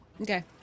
Okay